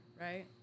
right